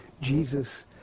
Jesus